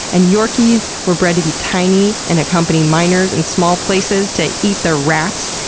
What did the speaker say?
and yorkies were bred to be tiny and accompany miners in small places to eat the rats.